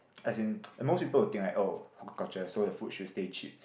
as in most people will think like oh hawker culture so the food should stay cheap